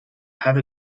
have